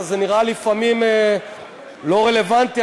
אז זה נראה לפעמים לא רלוונטי.